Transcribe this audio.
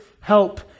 help